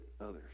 others